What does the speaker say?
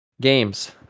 games